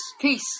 peace